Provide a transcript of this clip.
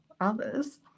others